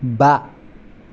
बा